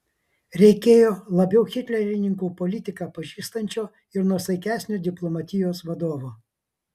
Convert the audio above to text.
reikėjo labiau hitlerininkų politiką pažįstančio ir nuosaikesnio diplomatijos vadovo